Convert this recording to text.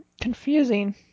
confusing